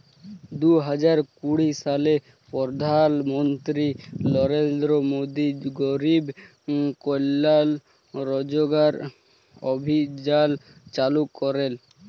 দু হাজার কুড়ি সালে পরধাল মলত্রি লরেলদ্র মোদি গরিব কল্যাল রজগার অভিযাল চালু ক্যরেল